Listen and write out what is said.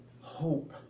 hope